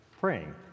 praying